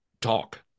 talk